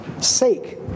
sake